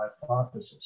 hypothesis